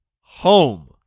home